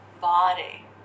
body